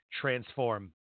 transform